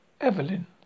Evelyn